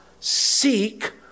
Seek